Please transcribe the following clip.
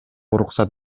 уруксат